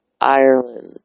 Ireland